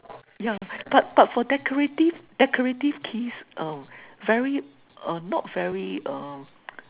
yeah but but for decorative decorative keys uh very uh not very uh